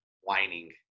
whining